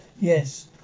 Yes